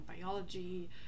biology